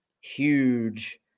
huge